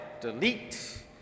delete